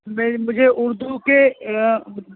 نہیں مجھے اردو کے